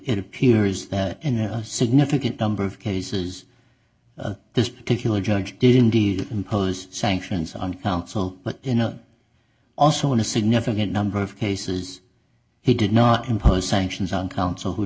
it appears that in a significant number of cases of this particular judge did indeed impose sanctions on counsel but you know also in a significant number of cases he did not impose sanctions on counsel who